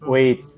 Wait